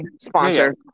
sponsor